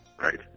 right